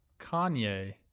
Kanye